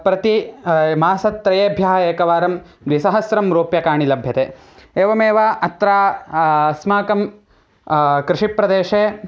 प्रति मासत्रेभ्यः एकवारं द्विसहस्रं रूप्यकाणि लभ्यते एवमेव अत्र अस्माकं कृषिप्रदेशे